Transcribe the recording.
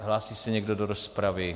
Hlásí se někdo do rozpravy?